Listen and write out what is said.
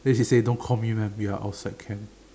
then he said don't call me maam we're outside camp